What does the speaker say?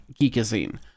geekazine